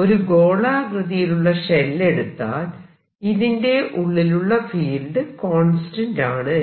ഒരു ഗോളാകൃതിയിലുള്ള ഷെൽ എടുത്താൽ ഇതിന്റെ ഉള്ളിലുള്ള ഫീൽഡ് കോൺസ്റ്റന്റ് ആണ്